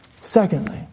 Secondly